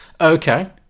Okay